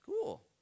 cool